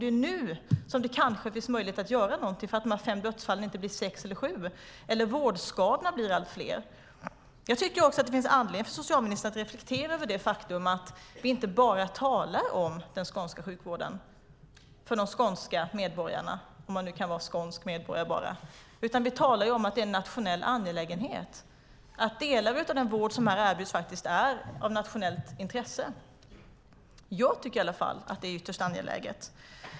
Det är nu som det kanske finns möjlighet att göra någonting så att de fem dödsfallen inte blir sex eller sju eller vårdskadorna blir allt fler. Jag tycker att det finns anledning för socialministern att reflektera över det faktum att vi inte bara talar om den skånska sjukvården för de skånska medborgarna - om man nu kan vara skånsk medborgare. Vi talar om en nationell angelägenhet. Delar av den vård som erbjuds är av nationellt intresse. Jag tycker i alla fall att det är ytterst angeläget.